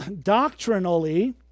doctrinally